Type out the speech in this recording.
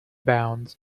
bounds